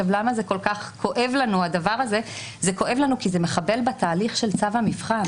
הדבר הזה כל כך כואב לנו כי זה מחבל בתהליך של צו המבחן.